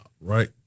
right